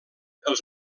els